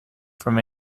from